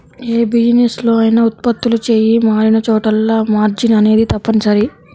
యే బిజినెస్ లో అయినా ఉత్పత్తులు చెయ్యి మారినచోటల్లా మార్జిన్ అనేది తప్పనిసరి